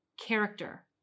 character